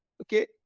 okay